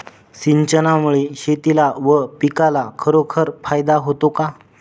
सिंचनामुळे शेतीला व पिकाला खरोखर फायदा होतो का?